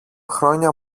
χρόνια